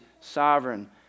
sovereign